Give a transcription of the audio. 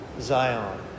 Zion